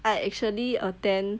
I actually attend